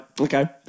okay